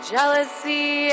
jealousy